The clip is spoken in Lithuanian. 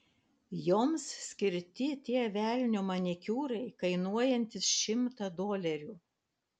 joms skirti tie velnio manikiūrai kainuojantys šimtą dolerių